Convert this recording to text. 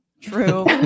True